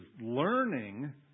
learning